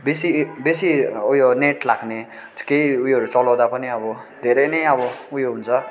बेसी बेसी ऊ यो नेट लाग्ने केही उयोहरू चलाउँदा पनि अब धेरै नै अब ऊ यो हुन्छ